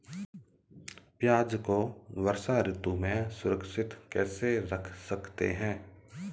प्याज़ को वर्षा ऋतु में सुरक्षित कैसे रख सकते हैं?